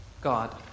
God